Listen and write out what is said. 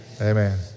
Amen